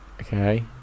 okay